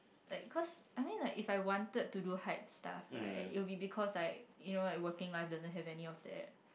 like cause I mean like if I wanted to do hype stuff right it will be because like you know like working life doesn't have any of that